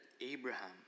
Abraham